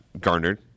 garnered